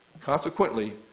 Consequently